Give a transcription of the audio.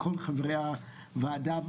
לכל הצוות שהיה איתנו; לחברי הוועדה,